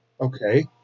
Okay